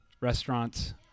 restaurants